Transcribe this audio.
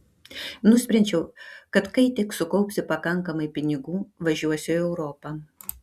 nusprendžiau kad kai tik sukaupsiu pakankamai pinigų važiuosiu į europą